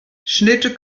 schnitte